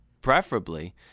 preferably